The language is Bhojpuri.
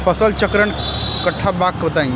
फसल चक्रण कट्ठा बा बताई?